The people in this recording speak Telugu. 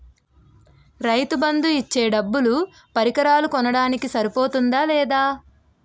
రైతు బందు ఇచ్చే డబ్బులు పరికరాలు కొనడానికి సరిపోతుందా లేదా?